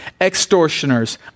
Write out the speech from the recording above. extortioners